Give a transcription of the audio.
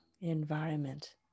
environment